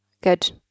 Good